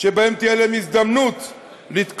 שבהן תהיה להם הזדמנות לתקוף,